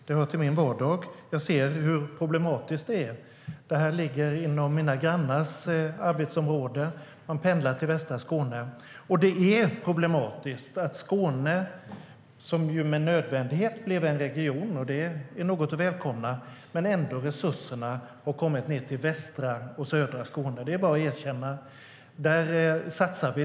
Det hör till min vardag, och jag ser hur problematiskt det är. Det ligger inom mina grannars arbetsområde - man pendlar till västra Skåne. Skåne blev ju med nödvändighet en region - det är något att välkomna - men det är problematiskt att resurserna bara har gått till västra och södra Skåne. Det är bara att erkänna att det är där vi satsar.